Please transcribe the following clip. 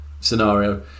scenario